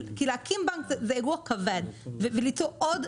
כי להקים בנק זה אירוע כבד וליצור עוד